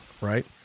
right